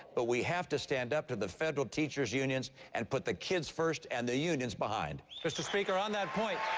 but we have to stand up to the federal teachers unions and put the kids first and the unions behind. king mr. speaker, on that point,